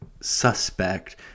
suspect